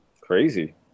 Crazy